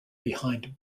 behind